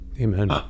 Amen